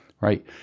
Right